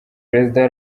perezida